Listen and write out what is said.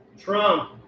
Trump